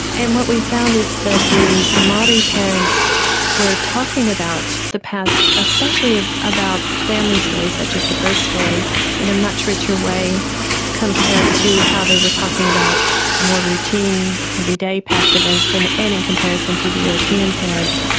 and what we found is that the the maori parents were talking about the past especially ah about family stories such as the birth story in a much richer way compared to how they were talking about more routine every day past events, and and in comparison to the european parents.